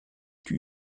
die